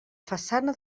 façana